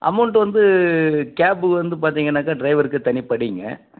amount வந்து gap வந்து பார்த்தீங்கனாக்க ட்ரைவருக்கு தனி படிங்க